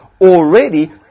already